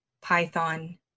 Python